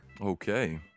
Okay